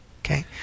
okay